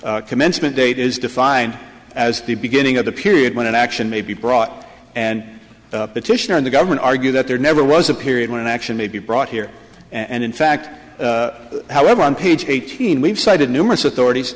date commencement date is defined as the beginning of the period when an action may be brought and petition the government argue that there never was a period when an action may be brought here and in fact however on page eighteen we've cited numerous authorities